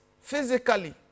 physically